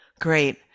great